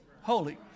Holy